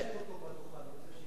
תשאיר אותו בדוכן.